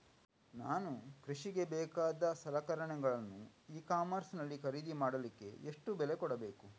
ನಾನು ಕೃಷಿಗೆ ಬೇಕಾದ ಸಲಕರಣೆಗಳನ್ನು ಇ ಕಾಮರ್ಸ್ ನಲ್ಲಿ ಖರೀದಿ ಮಾಡಲಿಕ್ಕೆ ಎಷ್ಟು ಬೆಲೆ ಕೊಡಬೇಕು?